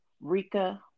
Rika